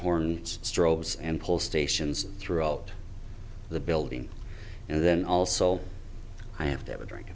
horn strobes and pull stations throughout the building and then also have to have a drink